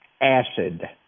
acid